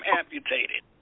amputated